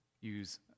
use